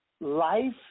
life